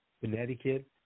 Connecticut